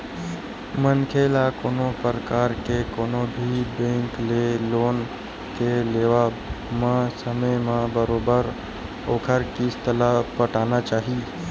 मनखे ल कोनो परकार के कोनो भी बेंक ले लोन के लेवब म समे म बरोबर ओखर किस्ती ल पटाना चाही